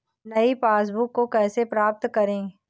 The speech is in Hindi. नई पासबुक को कैसे प्राप्त करें?